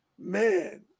man